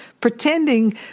pretending